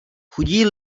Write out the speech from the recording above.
chudí